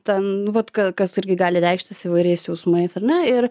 ten vat kas irgi gali reikštis įvairiais jausmais ar na ir